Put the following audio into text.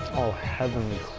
oh heavenly